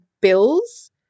bills